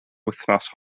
wythnos